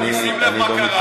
אני לא מתכוון לעבור לדובר הבא.